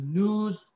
news